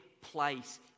place